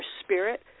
spirit